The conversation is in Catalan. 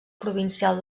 provincial